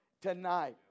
tonight